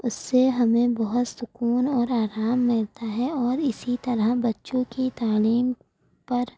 اس سے ہمیں بہت سکون اور آرام ملتا ہے اور اسی طرح بچوں کی تعلیم پر